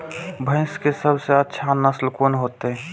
भैंस के सबसे अच्छा नस्ल कोन होते?